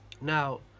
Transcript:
Now